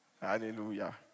Hallelujah